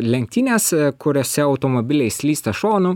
lenktynės kuriose automobiliai slysta šonu